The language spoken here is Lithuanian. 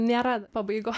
nėra pabaigos